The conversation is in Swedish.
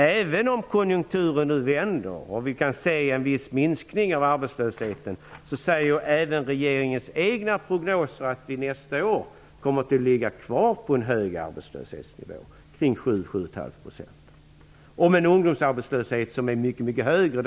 Även om konjunkturen nu vänder och vi kan se en viss minskning av arbetslösheten, så visar också regeringens egna prognoser att vi kommer att ligga kvar på en hög arbetslöshetsnivå kring 7-7,5 % nästa år. Ungdomsarbetslösheten är naturligvis mycket högre.